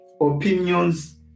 opinions